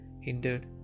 Hindered